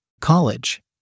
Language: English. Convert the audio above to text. College